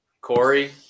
Corey –